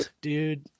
dude